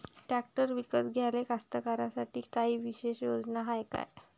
Tractor विकत घ्याले कास्तकाराइसाठी कायी विशेष योजना हाय का?